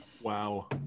Wow